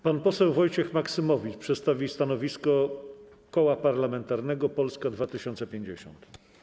Pan poseł Wojciech Maksymowicz przedstawi stanowisko Koła Parlamentarnego Polska 2050.